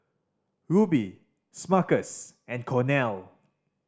Rubi Smuckers and Cornell